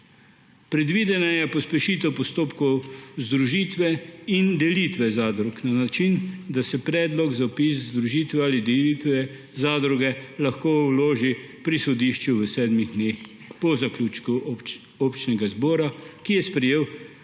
Predvidena je pospešitev postopkov združitve in delitve zadrug na način, da se predlog za vpis združitve ali delitve zadruge lahko vloži pri sodišču v sedmih dneh po zaključku občnega zbora, ki je sprejel sklep